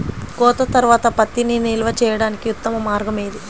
కోత తర్వాత పత్తిని నిల్వ చేయడానికి ఉత్తమ మార్గం ఏది?